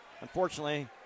unfortunately